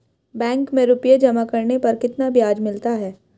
Bank में रुपये जमा करने पर कितना ब्याज मिलता है?